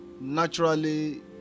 naturally